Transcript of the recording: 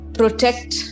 protect